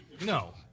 No